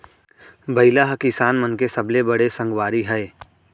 बइला ह किसान मन के सबले बड़े संगवारी हय